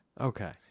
Okay